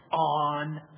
on